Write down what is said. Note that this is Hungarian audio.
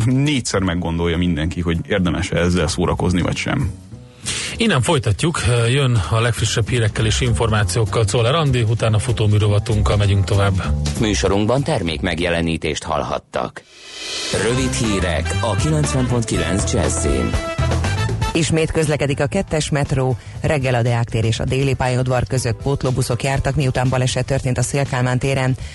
Négyszer meggondolja mindenki, hogy érdemes-e ezzel szórakozni, vagy sem. Innen folytatjuk. Jön a legfrissebb hírekkel és információkkal Czoller Andi, utána futóműrovatunkkal megyünk tovább. Műsorunkban termékmegjelenítést hallhattak. Rövid hírek a 90.9 Jazzy-n. Ismét közlekedik a kettes metró. Reggel a Deák tér és a Déli pályaudvar között pótlóbuszok jártak, miután baleset történt a Széll Kálmán téren.